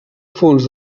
fons